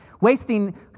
wasting